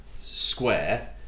square